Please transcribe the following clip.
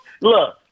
look